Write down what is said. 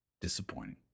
disappointing